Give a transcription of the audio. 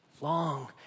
long